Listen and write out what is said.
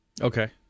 Okay